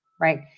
right